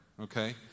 okay